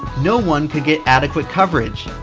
no one could get adequate coverage.